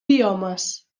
biomes